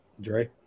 Dre